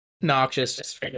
noxious